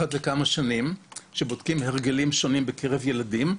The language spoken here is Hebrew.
אחת לכמה שנים בודקים הרגלים שונים בקרב ילדים,